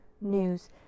news